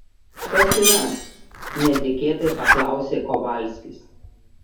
kas yra netikėtai paklausė kovalskis